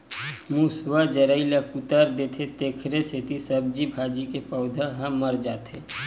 मूसवा जरई ल कुतर देथे तेखरे सेती सब्जी भाजी के पउधा ह मर जाथे